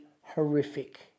horrific